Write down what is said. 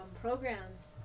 programs